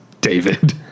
David